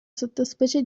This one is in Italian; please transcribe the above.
sottospecie